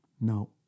No